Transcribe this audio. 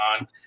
on